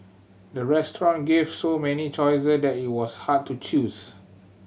the restaurant gave so many choices that it was hard to choose